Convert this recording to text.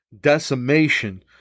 decimation